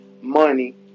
money